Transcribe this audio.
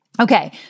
Okay